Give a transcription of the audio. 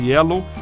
Yellow